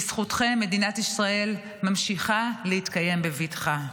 בזכותכם מדינת ישראל ממשיכה להתקיים בבטחה.